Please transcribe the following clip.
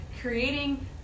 creating